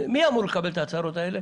מי אמור לקבל את ההצהרות האלה?